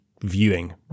viewing